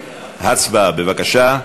להצבעה, בבקשה,